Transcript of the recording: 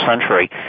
century